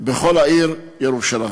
בכל העיר ירושלים.